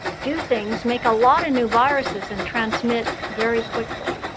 do things, make a lot of new viruses, and transmit very quickly.